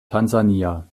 tansania